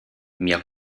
mir